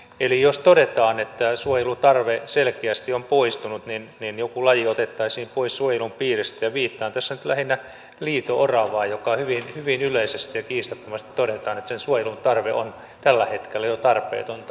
eli jos todetaan että tämä suojelutarve selkeästi on poistunut joku laji otettaisiin pois suojelun piiristä ja viittaan tässä nyt lähinnä liito oravaan koska hyvin yleisesti ja kiistattomasti todetaan että sen suojelu on tällä hetkellä jo tarpeetonta